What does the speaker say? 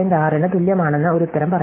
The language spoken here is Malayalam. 6 ന് തുല്യമാണെന്ന് ഒരു ഉത്തരം പറയും